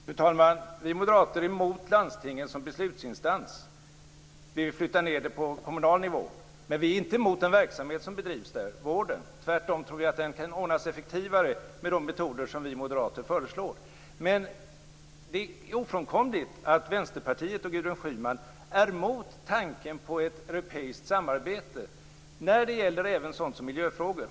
Fru talman! Vi moderater är emot landstingen som beslutsinstans, och vi vill flytta ned besluten på kommunal nivå, men vi är inte emot den vårdverksamhet som bedrivs där. Tvärtom tror vi att den kan ordnas effektivare med de metoder som vi moderater föreslår. Men det är ofrånkomligt att Vänsterpartiet och Gudrun Schyman är emot tanken på ett europeiskt samarbete när det gäller även sådant som miljöfrågor.